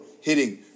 hitting